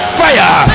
fire